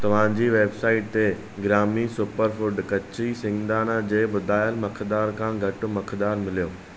तव्हां जी वैबसाइट ते ग्रामी सुपरफूड कची सींगदाणा जे ॿुधायल मक़दार खां घटि मक़दार मिलियो